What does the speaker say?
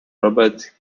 robert